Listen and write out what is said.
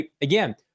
again